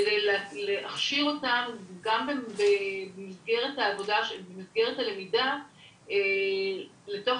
כדי להכשיר אותם גם במסגרת הלמידה לתוך